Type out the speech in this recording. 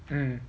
mm